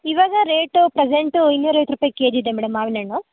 ಇವಾಗ rate present ಇನ್ನೂರ ಐವತ್ತು ರೂಪಾಯಿ ಕೆ ಜಿ ಇದೆ ಮೇಡಮ್ ಮಾವಿನಹಣ್ಣು